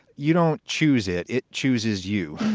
you don't choose it. it chooses you.